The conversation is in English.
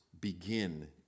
begin